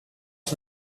are